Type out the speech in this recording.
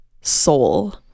soul